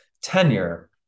tenure